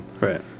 Right